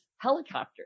helicopters